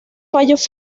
fallos